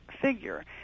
figure